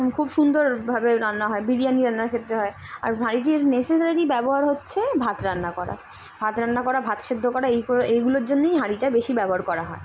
খুব সুন্দরভাবে রান্না হয় বিরিয়ানি রান্নার ক্ষেত্রে হয় আর হাঁড়িটির নেসেসারি ব্যবহার হচ্ছে ভাত রান্না করা ভাত রান্না করা ভাত সেদ্ধ করা এই এইগুলোর জন্যেই হাঁড়িটা বেশি ব্যবহার করা হয়